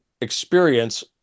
experience